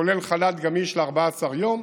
כולל חל"ת גמיש ל-14 יום,